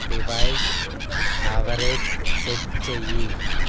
device average set చెయ్యి